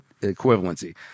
equivalency